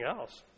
else